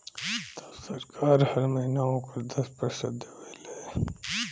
तब सरकार हर महीना ओकर दस प्रतिशत देवे ले